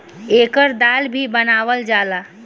एकर दाल भी बनावल जाला